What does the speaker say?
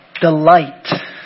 Delight